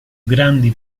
grandi